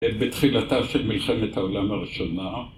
בתחילתה של מלחמת העולם הראשונה.